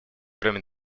кроме